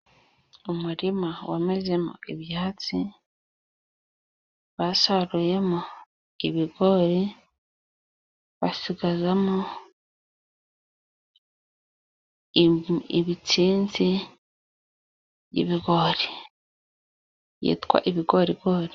Umurima wamezemo ibyatsi basaruyemo ibigori, basigazamo impu ibitsinzi by'ibigori byitwa ibigorigori.